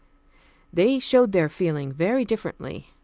they showed their feeling very differently.